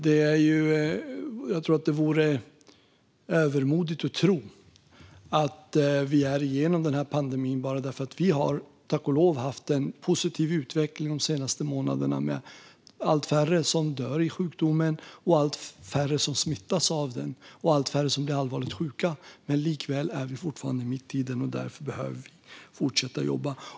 Det vore övermodigt att tro att vi är igenom den här pandemin bara därför att vi, tack och lov, har haft en positiv utveckling de senaste månaderna med allt färre som dör i sjukdomen, allt färre som smittas av den och allt färre som blir allvarligt sjuka. Likväl är vi fortfarande mitt i den, och därför behöver vi fortsätta jobba.